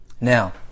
Now